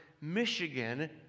Michigan